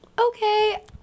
okay